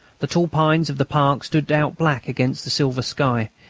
the tall pines of the park stood out black against the silver sky,